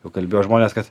jau kalbėjo žmonės kad